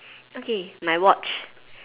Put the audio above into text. okay my watch